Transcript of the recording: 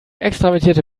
extravertierte